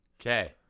Okay